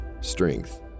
strength